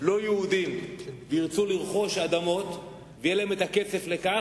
לא-יהודים וירצו לרכוש אדמות ויהיה להם הכסף לכך,